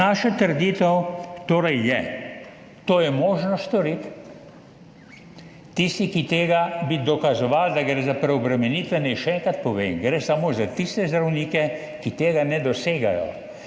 naša trditev je, to je možno storiti. Tisti, ki bi dokazovali, da gre za preobremenitve, naj še enkrat povem, gre samo za tiste zdravnike, ki tega ne dosegajo.